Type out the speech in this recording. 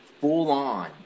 full-on